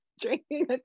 drinking